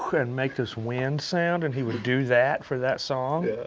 and make this wind sound. and he would do that for that song,